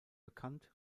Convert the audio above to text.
bekannt